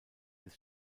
des